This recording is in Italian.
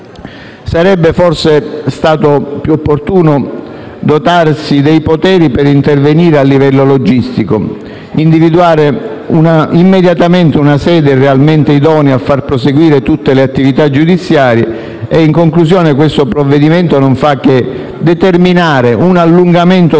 Sarebbe stato forse più opportuno dotarsi dei poteri per intervenire a livello logistico, individuare immediatamente una sede realmente idonea a far proseguire tutte le attività giudiziali. In conclusione, questo provvedimento non fa che determinare un allungamento dei processi